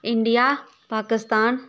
India Pakistan